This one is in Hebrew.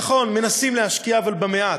נכון, מנסים להשקיע, אבל מעט.